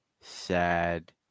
sad